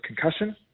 concussion